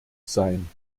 sein